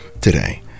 today